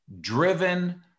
driven